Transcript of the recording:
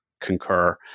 concur